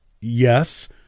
Yes